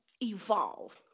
evolve